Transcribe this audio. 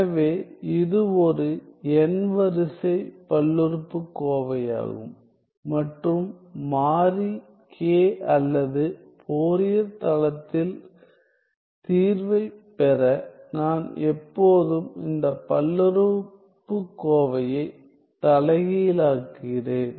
எனவே இது ஒரு n வரிசை பல்லுறுப்புக்கோவையாகும் மற்றும் மாறி k அல்லது ஃபோரியர் தளத்தில் தீர்வைப் பெற நான் எப்போதும் இந்த பல்லுறுப்புக்கோவையைத் தலைகீழாக்கிறேன்